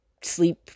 sleep